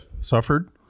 suffered